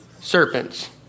serpents